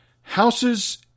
houses